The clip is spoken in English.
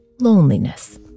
loneliness